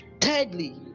thirdly